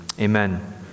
Amen